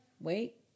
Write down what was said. wait